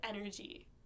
energy